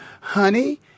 Honey